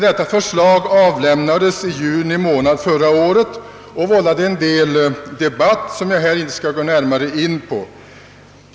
Detta förslag avlämnades i en promemoria i juni månad förra året och vållade en del debatt, som jag här inte skall gå närmare in på.